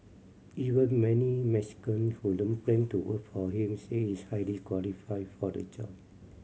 even many Mexican who don't plan to for him say he's highly qualified for the job